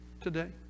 today